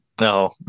No